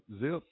Zip